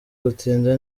gutinda